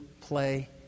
play